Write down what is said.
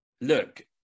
look